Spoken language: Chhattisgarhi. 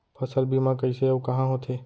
फसल बीमा कइसे अऊ कहाँ होथे?